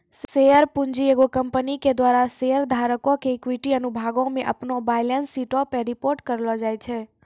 share पूंजी एगो company के द्वारा शेयर धारको के इक्विटी अनुभागो मे अपनो बैलेंस शीटो पे रिपोर्ट करलो जाय छै